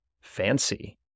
fancy